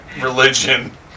religion